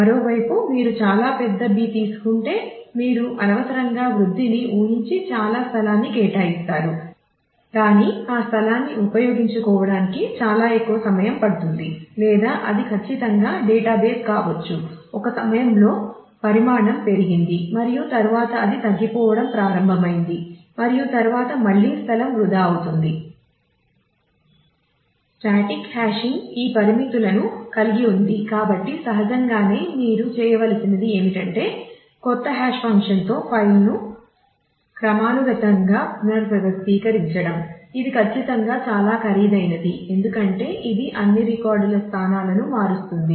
మరోవైపు మీరు చాలా పెద్ద B తీసుకుంటే మీరు అనవసరంగా వృద్ధిని ఊహించి చాలా స్థలాన్ని కేటాయిస్తారు కాని ఆ స్థలాన్ని ఉపయోగించుకోవడానికి చాలా ఎక్కువ సమయం పడుతుంది లేదా అది ఖచ్చితంగా డేటాబేస్ కావచ్చు ఒక సమయంలో పరిమాణం పెరిగింది మరియు తరువాత అది తగ్గిపోవడం ప్రారంభమైంది మరియు తరువాత మళ్ళీ స్థలం వృధా అవుతుంది